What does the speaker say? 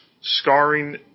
scarring